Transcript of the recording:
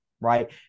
right